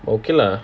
okay lah